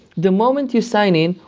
the moment you sign in,